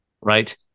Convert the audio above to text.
right